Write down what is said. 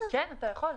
כן, אתה יכול.